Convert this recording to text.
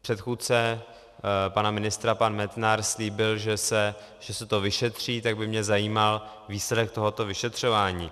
Předchůdce pana ministra pan Metnar slíbil, že se to vyšetří, tak by mě zajímal výsledek tohoto vyšetřování.